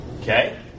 Okay